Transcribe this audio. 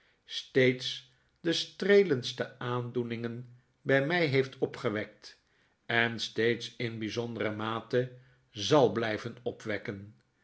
steeds de streelendste aandoeningen bij mij heeft opgewekt en steeds in bijzondere mate zal blijven opwekken